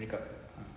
breakup ah